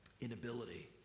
inability